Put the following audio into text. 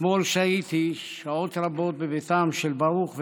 אתמול שהיתי שעות רבות בביתם של ברוך ונאווה,